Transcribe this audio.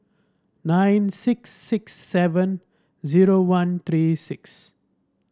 nine six six seven zero one three six